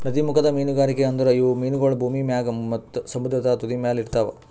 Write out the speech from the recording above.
ನದೀಮುಖದ ಮೀನುಗಾರಿಕೆ ಅಂದುರ್ ಇವು ಮೀನಗೊಳ್ ಭೂಮಿ ಮ್ಯಾಗ್ ಮತ್ತ ಸಮುದ್ರದ ತುದಿಮ್ಯಲ್ ಇರ್ತಾವ್